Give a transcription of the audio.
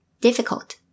Difficult